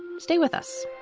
stay with us